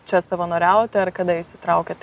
čia savanoriauti ar kada įsitraukėt